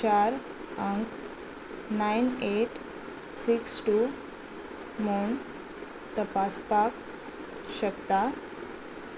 चार अंक nine eight six two म्हूण तपासपाक शकता